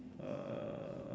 uh